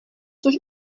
což